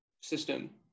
system